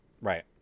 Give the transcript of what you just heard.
Right